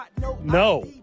No